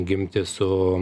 gimti su